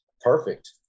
perfect